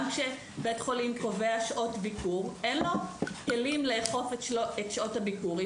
גם כשבית החולים קובע שעות ביקור אין לו כלים לאכוף את שעות הביקור.